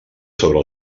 sobre